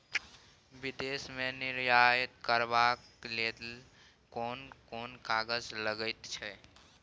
विदेश मे निर्यात करबाक लेल कोन कोन कागज लगैत छै